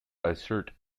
assert